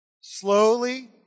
Slowly